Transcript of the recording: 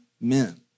men